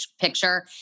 picture